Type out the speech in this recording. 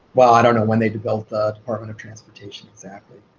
well i don't know when they developed the department of transportation exactly.